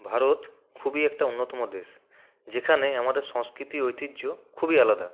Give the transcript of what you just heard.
ভারত খুবই একটা অন্যতম দেশ যেখানে আমাদের সংস্কৃতি ঐতিহ্য খুবই আলাদা